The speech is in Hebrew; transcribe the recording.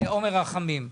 עומר רחמים.